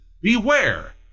Beware